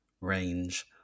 range